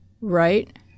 Right